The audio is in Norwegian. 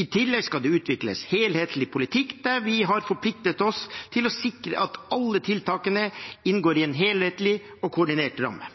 I tillegg skal det utvikles helhetlig politikk der vi har forpliktet oss til å sikre at alle tiltakene inngår i en helhetlig og koordinert ramme.